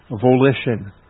Volition